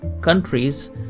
countries